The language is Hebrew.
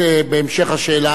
בהמשך השאלה הזאת,